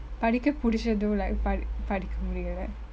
படிக்க புடிச்சதூ:padikka pudichathu like படிக்~ படிக்க முடியல:padikk~ padikka mudiyale